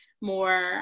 more